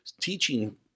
teaching